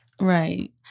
Right